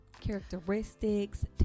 characteristics